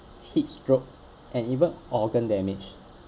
heatstroke and even organ damage